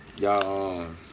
y'all